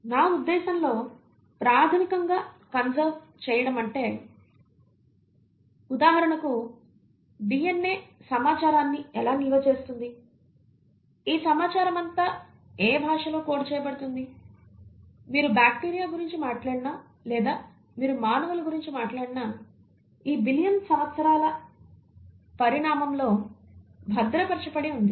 నా ఉద్దేశంలో ప్రాథమికంగా కన్సెర్వ్ చేయడమంటే ఉదాహరణకు DNA సమాచారాన్ని ఎలా నిల్వ చేస్తుంది ఈ సమాచారమంతా ఏ భాషలో కోడ్ చేయబడింది మీరు బ్యాక్టీరియా గురించి మాట్లాడినా లేదా మీరు మానవుల గురించి మాట్లాడినా ఈ బిలియన్ సంవత్సరాల పరిణామంలో భద్రపరచబడి ఉంది